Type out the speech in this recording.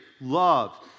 love